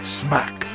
smack